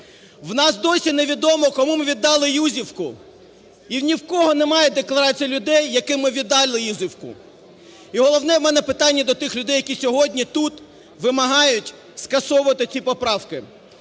У нас досі невідомо, кому ми віддали Юзівку, і ні в кого немає декларації людей, яким ми віддали Юзівку. І головне у мене питання до тих людей, які сьогодні тут вимагають скасовувати ці поправки.